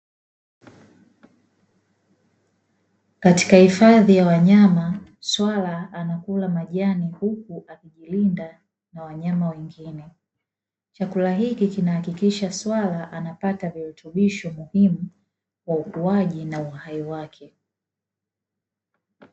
Katika hifadhi ya wanyama swala anakula majani, huku akijilinda na wanyama wengine; chakula hiki kinahakikisha swala anapata virutubisho muhimu kwa ukuaji na uhai wake.